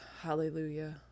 Hallelujah